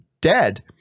dead